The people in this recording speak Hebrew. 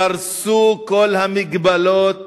קרסו כל המגבלות